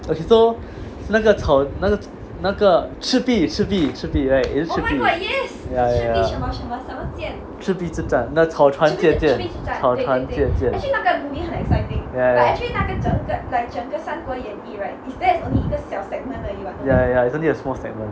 okay so 那个草那个那个赤壁赤壁赤壁 right is it 赤壁 ya ya 赤壁赤壁之战那草船借箭草船借箭 ya ya ya ya it's only a small segment